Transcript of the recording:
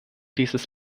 dieses